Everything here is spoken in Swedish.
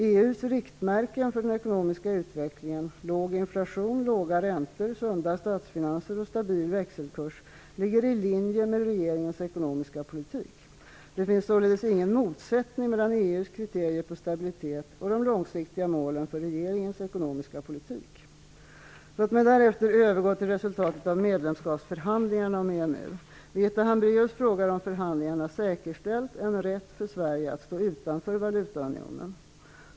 EU:s riktmärken för den ekonomiska utvecklingen -- låg inflation, låga räntor, sunda statsfinanser och stabil växelkurs -- ligger i linje med regeringens ekonomiska politik. Det finns således ingen motsättning mellan EU:s kriterier på stabilitet och de långsiktiga målen för regeringens ekonomiska politik. Låt mig därefter övergå till resultatet av medlemskapsförhandlingarna om EMU. Birgitta Hambraeus frågar om förhandlingarna säkerställt en rätt för Sverige att stå utanför valutaunionen.